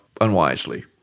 unwisely